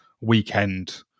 weekend